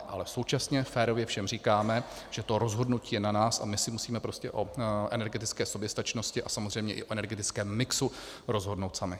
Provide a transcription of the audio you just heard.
Ale současně férově všem říkáme, že to rozhodnutí je na nás, a my si musíme prostě o energetické soběstačnosti a samozřejmě i o energetickém mixu rozhodnout sami.